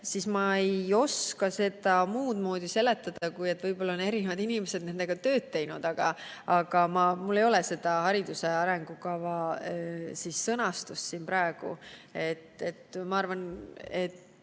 siis ma ei oska seda muudmoodi seletada, kui et võib-olla on eri inimesed nendega tööd teinud. Aga mul ei ole hariduse arengukava siin praegu käepärast. Ma arvan, et